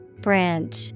Branch